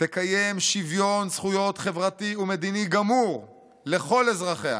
תקיים שוויון זכויות חברתי ומדיני גמור לכל אזרחיה,